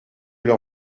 leur